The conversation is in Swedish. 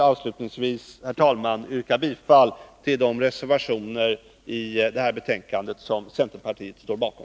Avslutningsvis, herr talman, yrkar jag bifall till de reservationer i betänkandet som centerpartiet står bakom.